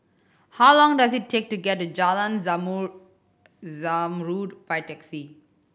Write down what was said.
how long does it take to get to Jalan Zamrud Zamrud by taxi